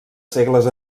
segles